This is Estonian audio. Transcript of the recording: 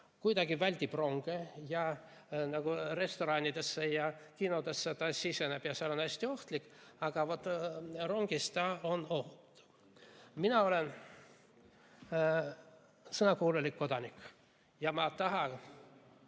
kuidagi väldib ronge ning restoranidesse ja kinodesse ta siseneb ja on seal hästi ohtlik, aga vot rongis on ta ohutu? Mina olen sõnakuulelik kodanik, ma tahan